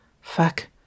Fuck